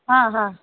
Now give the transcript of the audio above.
ಹಾಂ ಹಾಂ